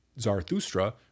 Zarathustra